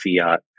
fiat